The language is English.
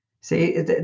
See